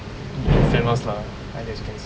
infamous lah I guess you can say